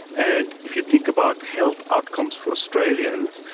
and if you think about health outcomes for australians,